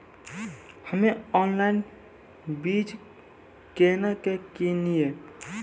हम्मे ऑनलाइन बीज केना के किनयैय?